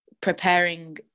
preparing